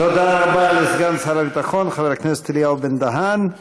תודה רבה לסגן שר הביטחון חבר הכנסת אליהו בן-דהן.